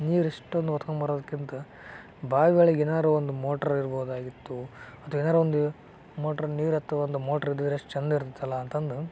ನೀರು ಇಷ್ಟೊಂದು ಹೊತ್ಕೊಂಬರೋದಕ್ಕಿಂತ ಬಾವಿಗಳಿಗೆ ಏನಾದ್ರು ಒಂದು ಮೋಟ್ರ್ ಇರ್ಬೋದಾಗಿತ್ತು ಅಥವಾ ಏನಾದ್ರು ಒಂದು ಮೋಟ್ರ್ ನೀರೆತ್ತುವ ಒಂದು ಮೋಟ್ರ್ ಇದಿದ್ರ್ ಎಷ್ಟು ಚಂದ ಇರ್ತಿತ್ತಲ್ಲ ಅಂತಂದು